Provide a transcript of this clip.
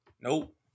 Nope